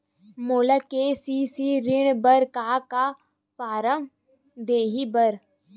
मोला के.सी.सी ऋण बर का का फारम दही बर?